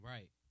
Right